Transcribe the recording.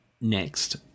next